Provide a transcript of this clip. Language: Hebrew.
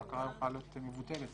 ההכרה יכולה להיות מבוטלת.